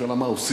השאלה מה עושים,